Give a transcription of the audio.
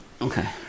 Okay